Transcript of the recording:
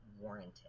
warranted